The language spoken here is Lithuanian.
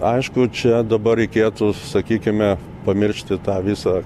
aišku čia dabar reikėtų sakykime pamiršti tą visą